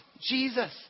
Jesus